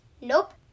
Nope